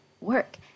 work